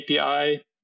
API